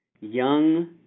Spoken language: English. young